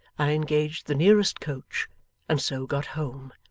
i engaged the nearest coach and so got home.